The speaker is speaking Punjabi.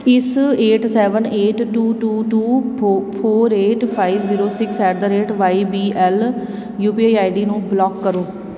ਇਸ eight seven eight two two two four four eight five zero six at the rate Y B L U P I I D ਨੂੰ ਬਲਾਕ ਕਰੋ